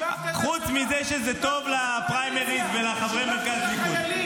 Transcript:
חוץ מזה שזה טוב לפריימריז ולחברי מרכז ליכוד.